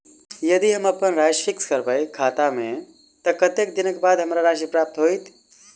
यदि हम अप्पन राशि फिक्स करबै खाता मे तऽ कत्तेक दिनक बाद हमरा राशि प्राप्त होइत?